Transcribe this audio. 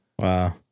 Wow